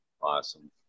Awesome